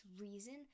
reason